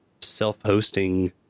self-hosting